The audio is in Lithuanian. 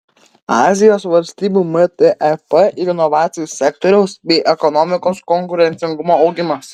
azijos valstybių mtep ir inovacijų sektoriaus bei ekonomikos konkurencingumo augimas